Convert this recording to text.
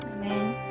Amen